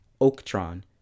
Oaktron